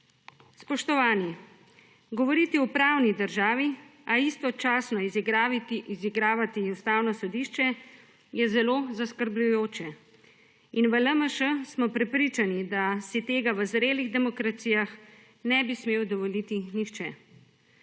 Spoštovani, govoriti o pravni državi, a istočasno izigravati Ustavno sodišče, je zelo zaskrbljujoče. V LMŠ smo prepričani, da si tega v zrelih demokracijah ne bi smel dovoliti nihče,